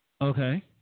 Okay